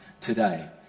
today